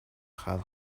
خلق